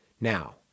Now